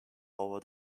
over